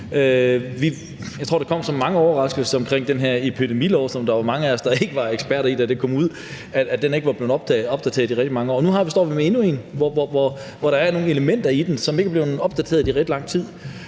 Jeg tror, det kom som en overraskelse for mange i forbindelse med den her epidemilov, som mange af os ikke er eksperter i, da det kom ud, at den ikke var blevet opdateret i rigtig mange år. Og nu står vi med endnu en lov, hvor der er nogle elementer, som ikke er blevet opdateret i rigtig lang tid.